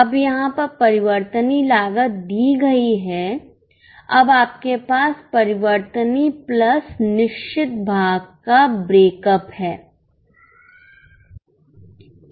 अब यहाँ पर परिवर्तनीय लागत दी गई है अब आपके पास परिवर्तनशील प्लस निश्चित भाग का ब्रेकअप है